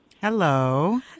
Hello